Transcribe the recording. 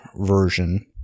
version